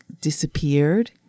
disappeared